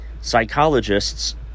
Psychologists